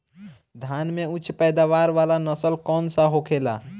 धान में उच्च पैदावार वाला नस्ल कौन सा होखेला?